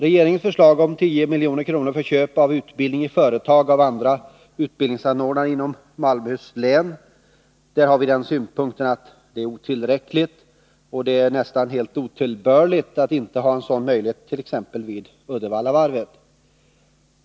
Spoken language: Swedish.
Regeringens förslag om 10 milj.kr. för köp av utbildning i företag av andra utbildningsanordnare inom Malmöhus län menar vi är otillräckligt, och det är nästan helt otillbörligt att inte ha en sådan möjlighet vid t.ex. Uddevallavarvet.